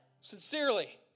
Sincerely